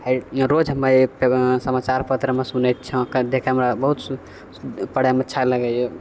रोज हमे एक समाचार पत्रमे सुनैत छऽ देखयमे हमरा बहुत पढ़यमे अच्छा लागैये